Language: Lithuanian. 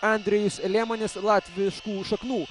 andrejus liemonis latviškų šaknų